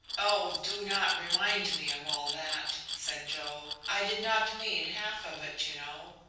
oh, do not remind me of all that, said joe. i did not mean half of it, you know.